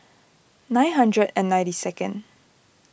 nine hundred and ninety second